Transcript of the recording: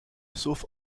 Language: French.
sauf